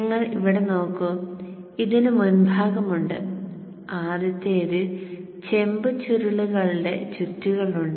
നിങ്ങൾ ഇവിടെ നോക്കൂ ഇതിനു മുൻഭാഗം ഉണ്ട് ആദ്യത്തേതിൽ ചെമ്പ് ചുരുളുകളുടെ ചുറ്റുകൾ ഉണ്ട്